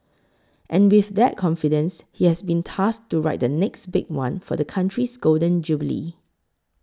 and with that confidence he has been tasked to write the next big one for the country's Golden Jubilee